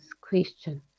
question